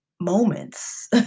moments